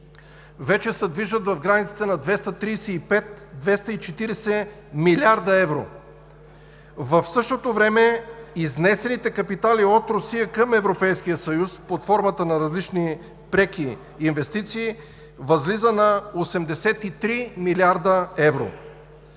вече се движат в границите на 235 – 240 млрд. евро. В същото време изнесените капитали от Русия към Европейския съюз под формата на различни преки инвестиции възлизат на 83 млрд. евро.